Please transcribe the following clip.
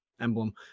emblem